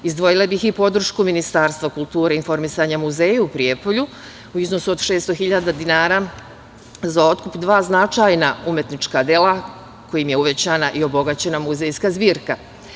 Izdvojila bih i podršku Ministarstva kulture i informisanja muzeju u Prijepolju u iznosu od 600 hiljada dinara za otkup dva značajna umetnička dela kojim je uvećana i obogaćena muzejska zbirka.